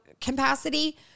capacity